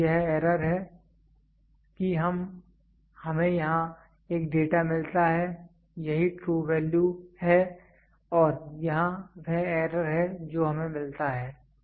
तो यह एरर है कि हमें यहां एक डेटा मिलता है यही ट्रू वैल्यू है और यहां वह एरर है जो हमें मिलता है